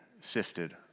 sifted